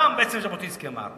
מה בעצם ז'בוטינסקי אמר?